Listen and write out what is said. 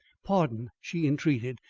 pardon, she entreated,